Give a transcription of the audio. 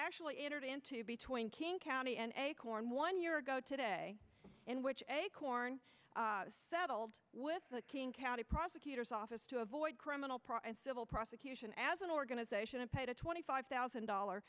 actually entered into between king county and acorn one year ago today in which acorn settled with the king county prosecutor's office to avoid criminal probe and civil prosecution as an organization and paid a twenty five thousand dollar